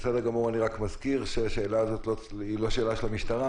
אני רק מזכיר שהשאלה הזאת היא לא שאלה של המשטרה,